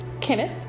Kenneth